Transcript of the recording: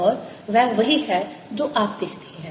और वह वही है जो आप देखते हैं